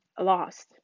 lost